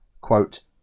quote